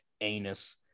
anus